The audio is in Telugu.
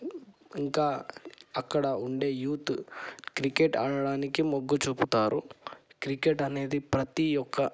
ఇంకా అక్కడ ఉండే యూత్ క్రికెట్ ఆడడానికి మొగ్గు చూపుతారు క్రికెట్ అనేది ప్రతీ ఒక్క